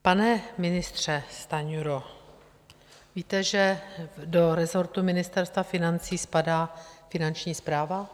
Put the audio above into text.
Pane ministře Stanjuro, víte, že do resortu Ministerstva financí spadá Finanční správa?